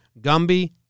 Gumby